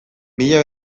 mila